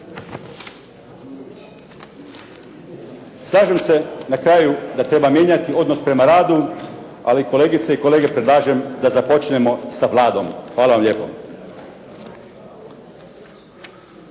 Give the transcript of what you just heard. Slažem se na kraju da treba mijenjati odnos prema radu, ali kolegice i kolege predlažem da započnemo sa Vladom. Hvala vam lijepo.